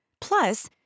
Plus